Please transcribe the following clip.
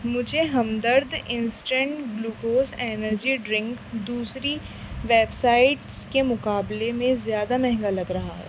مجھے Hamdard instant glucose energy drink دوسری websites کے مقابلے میں زیادہ مہنگا لگ رہا ہے